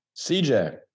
CJ